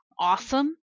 awesome